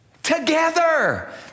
Together